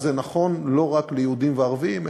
וזה נכון לא רק ליהודים וערבים,